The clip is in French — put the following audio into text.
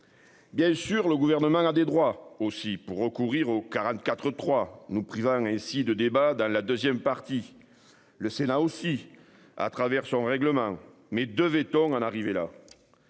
Bien sûr, le gouvernement n'a des droits aussi pour recourir aux 44 3 nous privant ainsi de débats dans la 2ème partie le Sénat aussi à travers son règlement, mais devait-on en arriver là.